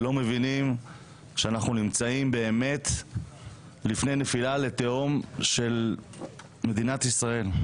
לא מבינים שאנחנו נמצאים באמת לפני נפילה לתהום של מדינת ישראל.